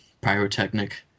pyrotechnic